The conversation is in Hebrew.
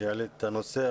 שהעלית את הנושא.